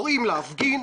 קוראים להפגין,